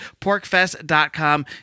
porkfest.com